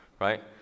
right